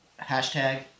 Hashtag